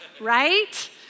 right